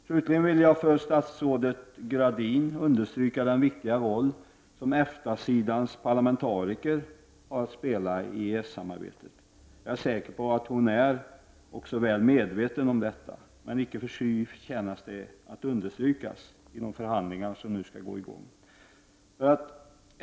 Slutligen vill jag för statsrådet Gradin understryka den viktiga roll som EFTA-sidans parlamentariker har att spela i EES-samarbetet. Jag är säker på att hon är väl medveten om detta, men icke förty förtjänar det att understrykas inför de förhandlingar som nu skall börja.